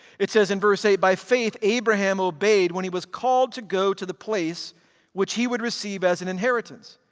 it says in verse eight, by faith abraham obeyed when he was called to go out to the place which he would receive as an inheritance.